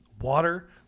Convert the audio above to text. water